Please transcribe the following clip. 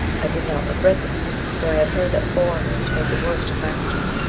i did not regret this, for i had heard that foreigners made the worst of masters,